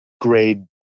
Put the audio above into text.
grade